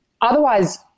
otherwise